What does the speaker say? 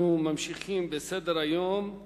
אנחנו ממשיכים בסדר-היום.